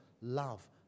love